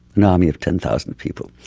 an army of ten thousand people.